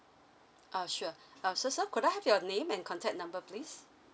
uh sure uh so sir could I have your name and contact number please